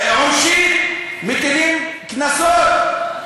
או שמטילים קנסות.